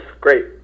great